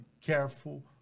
careful